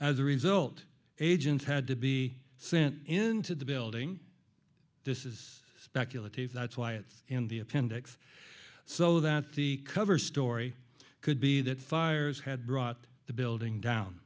as a result agents had to be sent into the building this is speculative that's why it's in the appendix so that the cover story could be that fires had brought the building down